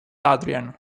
adrian